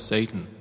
Satan